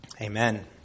Amen